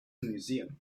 museum